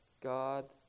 God